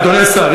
אדוני השר,